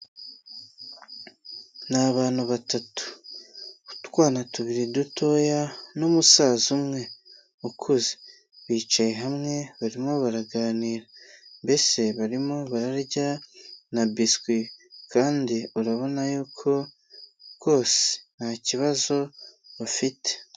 Ni abantu batatu, utwana tubiri dutoya n'umusaza umwe ukuze, bicaye hamwe barimo baraganira mbese barimo bararya na biswi kandi urabona yuko rwose ntakibazo bafite.